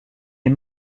est